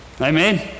amen